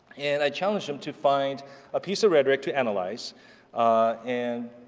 and i challenged them to find a piece of rhetoric to analyze and